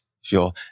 Sure